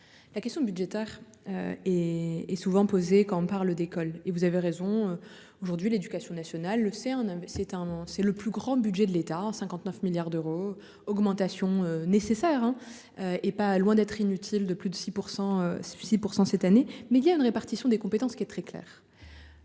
La question budgétaire. Et est souvent posée quand on parle d'école et vous avez raison. Aujourd'hui l'éducation nationale le océan c'est un, c'est le plus grand budget de l'État en 59 milliards d'euros, augmentation nécessaire. Et pas loin d'être inutile de plus de 6 pour 106% cette année mais il y a une répartition des compétences, qui est très clair.